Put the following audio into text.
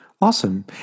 Awesome